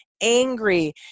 angry